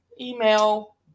Email